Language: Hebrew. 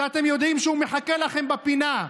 שאתם יודעים שהוא מחכה לכם בפינה.